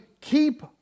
keep